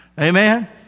Amen